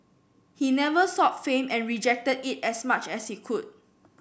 he never sought fame and rejected it as much as he could